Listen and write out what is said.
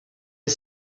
est